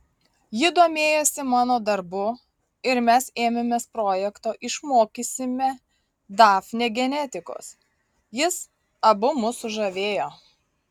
ji domėjosi mano darbu ir mes ėmėmės projekto išmokysime dafnę genetikos jis abu mus sužavėjo